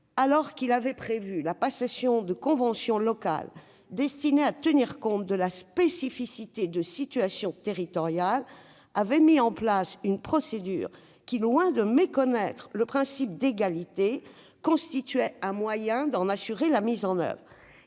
législateur, ayant prévu la passation de conventions locales destinées à tenir compte de la spécificité de situations territoriales, avait mis en place une procédure qui, loin de méconnaître le principe d'égalité, constituait un moyen d'en assurer la mise en oeuvre.